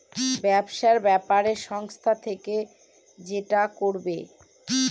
ব্যবসার ব্যাপারে সংস্থা থেকে যেটা করবে